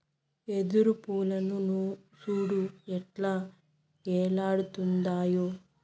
వెదురు పూలను సూడు ఎట్టా ఏలాడుతుండాయో